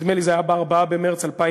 נדמה לי שזה היה ב-4 במרס 2009,